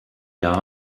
jahr